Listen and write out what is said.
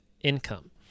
income